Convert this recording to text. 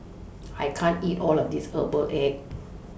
I can't eat All of This Herbal Egg